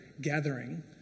gathering